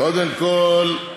קודם כול,